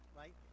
right